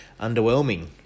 underwhelming